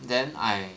then I